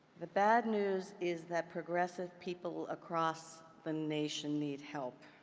the bad news is that progressive people across the nation need help,